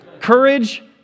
Courage